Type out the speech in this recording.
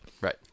Right